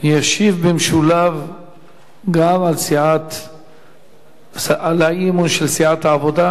ישיב במשולב גם על האי-אמון של סיעת העבודה,